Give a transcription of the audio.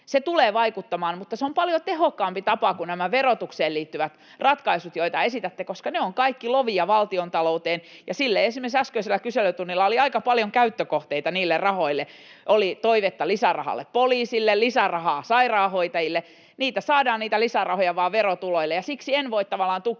Se tulee vaikuttamaan, mutta se on paljon tehokkaampi tapa kuin nämä verotukseen liittyvät ratkaisut, joita esitätte, koska ne ovat kaikki lovia valtiontalouteen, ja esimerkiksi äskeisellä kyselytunnilla oli aika paljon käyttökohteita niille rahoille. Oli toivetta lisärahalle poliisille, lisärahaa sairaanhoitajille. Niitä lisärahoja saadaan vain verotuloilla, ja siksi en voi tavallaan tukea